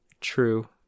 true